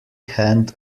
hand